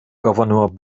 gouverneur